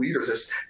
leaders